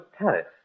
Paris